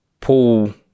pull